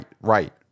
right